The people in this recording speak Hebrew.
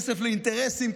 כסף לאינטרסים,